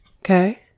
Okay